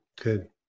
good